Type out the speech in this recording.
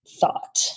thought